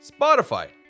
Spotify